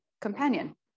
companion